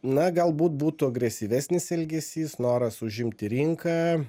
na galbūt būtų agresyvesnis elgesys noras užimti rinką